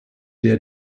der